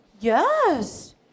Yes